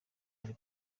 ari